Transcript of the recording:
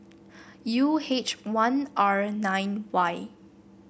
U H one R nine Y